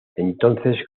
entonces